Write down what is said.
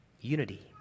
Unity